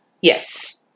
Yes